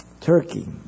Turkey